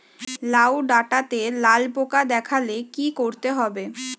লাউ ডাটাতে লাল পোকা দেখালে কি করতে হবে?